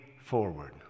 forward